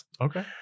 Okay